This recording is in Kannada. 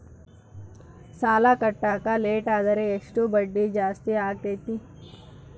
ಸಾಲ ಕಟ್ಟಾಕ ಲೇಟಾದರೆ ಎಷ್ಟು ಬಡ್ಡಿ ಜಾಸ್ತಿ ಆಗ್ತೈತಿ?